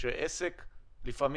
שעסק לפעמים,